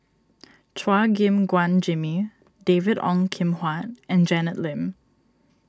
Chua Gim Guan Jimmy David Ong Kim Huat and Janet Lim